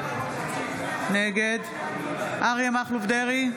נגד אריה מכלוף דרעי,